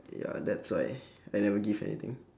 ya that's why I never give anything